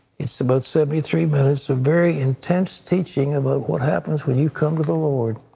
it's about seventy three minutes of very intense teaching about what happens when you come to the lord.